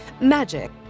Magic